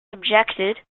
subjected